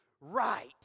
right